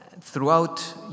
throughout